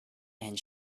and